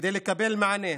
כדי לקבל מענה,